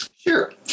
Sure